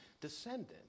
descendant